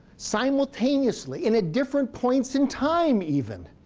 simultaneously and at different points in time even.